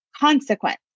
consequence